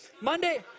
Monday